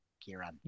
Kieran